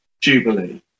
jubilee